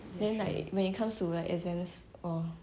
then like when it comes to like exams or